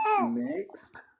Next